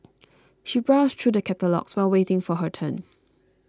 she browsed through the catalogues while waiting for her turn